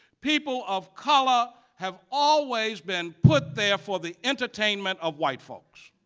people of color have always been put there for the entertainment of white folks,